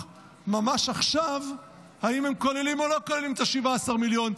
ממש עכשיו כוללים או לא כוללים את ה-17 מיליון,